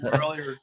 earlier